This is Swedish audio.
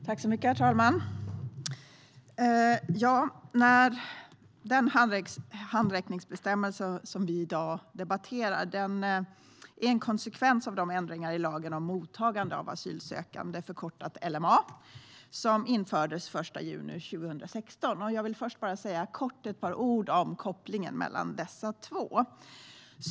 Herr talman! Den handräckningsbestämmelse som vi i dag debatterar är en konsekvens av de ändringar i lagen om mottagande av asylsökande, förkortad LMA, som infördes den 1 juni 2016. Jag vill först säga ett par ord om kopplingen mellan dessa två.